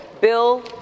Bill